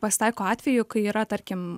pasitaiko atvejų kai yra tarkim